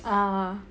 ah